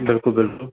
बिल्कुल बिल्कुल